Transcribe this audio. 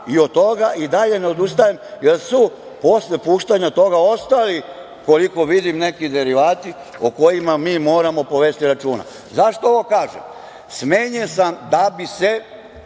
Od toga i dalje ne odustajem, jer su posle puštanja toga ostali koliko vidim neki derivati o kojima mi moramo povesti računa.Zašto ovo kažem? Smenjen sam da bi se